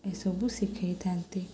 ଏସବୁ ଶିଖେଇଥାନ୍ତି